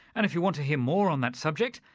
and if you want to hear more on that subject,